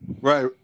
Right